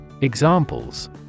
Examples